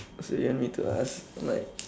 so you want me to ask like